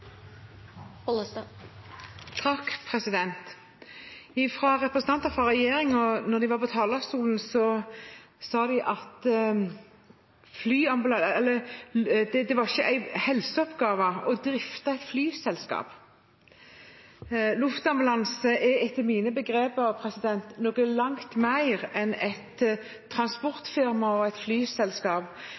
representanter for regjeringspartiene var på talerstolen, sa de at det ikke var en helseoppgave å drifte et flyselskap. Luftambulanse er etter mine begreper noe langt mer enn et transportfirma og et flyselskap.